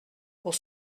pour